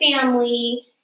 family